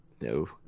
No